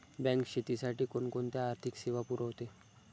Bank शेतीसाठी कोणकोणत्या आर्थिक सेवा पुरवते?